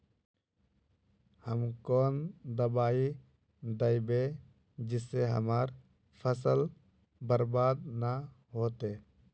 हम कौन दबाइ दैबे जिससे हमर फसल बर्बाद न होते?